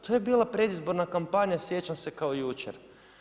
To je bila predizborna kampanja sjećam se kao jučer.